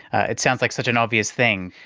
it sounds like such an obvious thing.